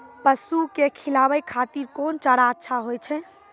पसु के खिलाबै खातिर कोन चारा अच्छा होय छै?